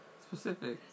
Specific